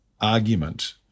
argument